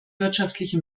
wirtschaftliche